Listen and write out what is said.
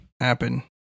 Happen